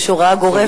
יש הוראה גורפת.